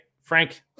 Frank